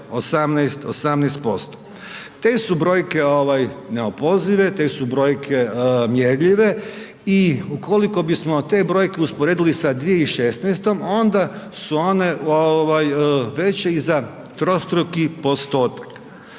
18%. Te su brojke neopozive, te su brojke mjerljive i ukoliko bismo te brojke usporedili sa 20156., onda su one veće i za trostruki postotak.